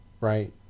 right